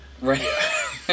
Right